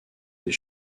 des